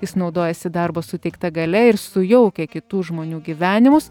jis naudojasi darbo suteikta galia ir sujaukia kitų žmonių gyvenimus